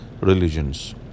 religions